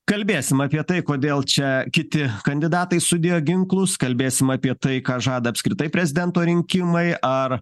kalbėsim apie tai kodėl čia kiti kandidatai sudėjo ginklus kalbėsim apie tai ką žada apskritai prezidento rinkimai ar